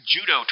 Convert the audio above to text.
judo